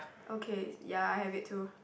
okay ya I have it too